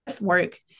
work